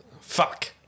Fuck